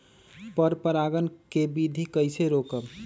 पर परागण केबिधी कईसे रोकब?